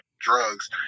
drugs